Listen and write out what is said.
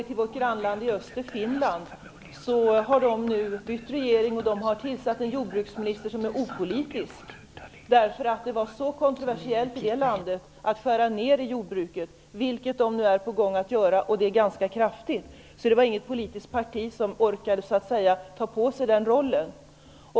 I vårt grannland i öster, nämligen Finland, har man nu bytt regering och tillsatt en jordbruksminister som är opolitisk, därför att det var så kontroversiellt att skära ned inom jordbruket där, vilket man nu är på gång att göra ganska kraftigt. Det var inget politiskt parti som orkade ta på sig den rollen.